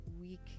week